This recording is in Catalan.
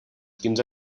quinze